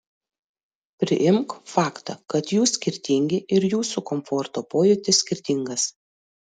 priimk faktą kad jūs skirtingi ir jūsų komforto pojūtis skirtingas